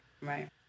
right